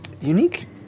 unique